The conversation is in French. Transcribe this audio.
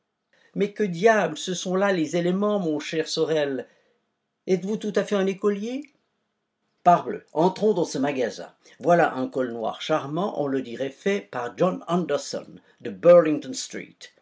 mais que diable ce sont là les éléments mon cher sorel êtes-vous tout à fait un écolier parbleu entrons dans ce magasin voilà un col noir charmant on le dirait fait par john anderson de